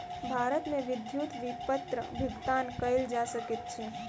भारत मे विद्युत विपत्र भुगतान कयल जा सकैत अछि